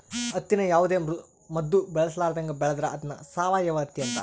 ಹತ್ತಿನ ಯಾವುದೇ ಮದ್ದು ಬಳಸರ್ಲಾದಂಗ ಬೆಳೆದ್ರ ಅದ್ನ ಸಾವಯವ ಹತ್ತಿ ಅಂತಾರ